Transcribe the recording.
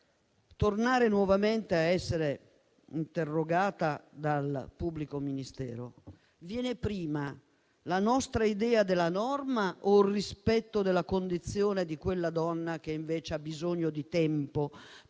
tornare nuovamente a essere interrogata dal pubblico ministero, viene prima la nostra idea della norma o il rispetto della condizione di quella donna, che invece ha bisogno di tempo per